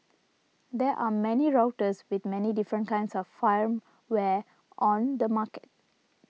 there are many routers with many different kinds of firmware on the market